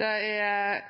Det er